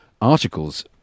articles